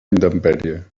intempèrie